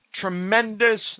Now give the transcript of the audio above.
tremendous